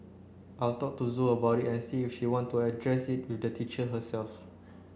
I'll talk to Zoe about it and see if she wants to address it with the teacher herself